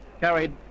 Carried